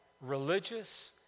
religious